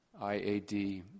IAD